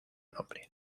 nombre